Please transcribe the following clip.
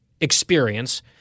experience